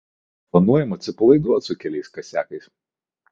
planuojam atsipalaiduot su keliais kasiakais